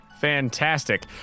Fantastic